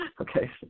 Okay